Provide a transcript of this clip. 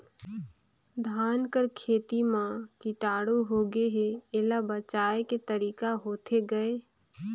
धान कर खेती म कीटाणु होगे हे एला बचाय के तरीका होथे गए?